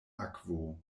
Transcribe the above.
akvo